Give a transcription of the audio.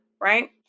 right